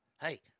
hey